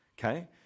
okay